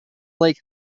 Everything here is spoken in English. lake